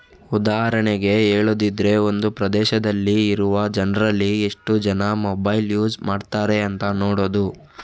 ಉದಾಹರಣೆಗೆ ಹೇಳುದಿದ್ರೆ ಒಂದು ಪ್ರದೇಶದಲ್ಲಿ ಇರುವ ಜನ್ರಲ್ಲಿ ಎಷ್ಟು ಜನ ಮೊಬೈಲ್ ಯೂಸ್ ಮಾಡ್ತಾರೆ ಅಂತ ನೋಡುದು